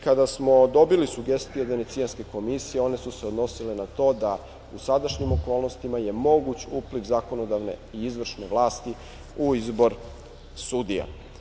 Kada smo dobili sugestije Venecijanske komisije, one su se odnosile na to da u sadašnjim okolnostima je moguć uplit zakonodavne i izvršne vlasti u izbor sudija.